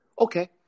okay